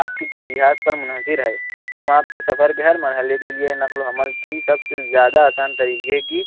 آپ کی ترجیحات پر منحصر ہے ہم آپ کے سفر کے ہر مرحلہ کے لیے نقل و حمل کی سب سے زیادہ آسان طریقے کی